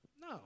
No